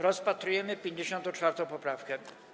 Rozpatrujemy 54. poprawkę.